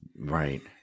Right